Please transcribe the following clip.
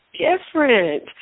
different